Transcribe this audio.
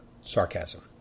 sarcasm